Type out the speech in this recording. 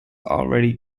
already